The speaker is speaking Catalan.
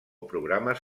programes